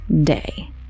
day